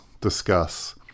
discuss